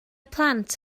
plant